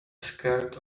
scared